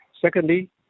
Secondly